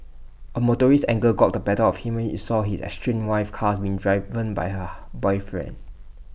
A motorist's anger got the better of him when he saw his estranged wife's car being driven by her boyfriend